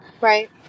Right